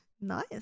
Nice